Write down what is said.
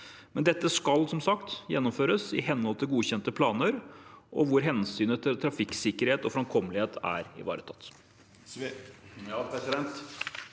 som sagt gjennomføres i henhold til godkjente planer, og hvor hensynet til trafikksikkerhet og framkommelighet er ivaretatt.